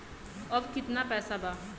अब कितना पैसा बा?